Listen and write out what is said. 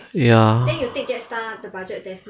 ya